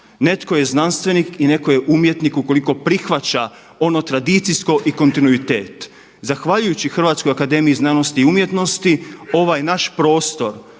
Netko je znanstvenik i neko je umjetnik ukoliko prihvaća ono tradicijsko i kontinuitet. Zahvaljujući HAZU ovaj naš prostor,